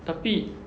tapi